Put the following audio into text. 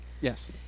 Yes